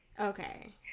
Okay